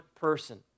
person